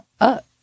up